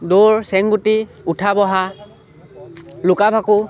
দৌৰ চেংগুটি উঠা বহা লুকা ভাকু